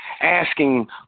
asking